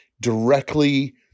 directly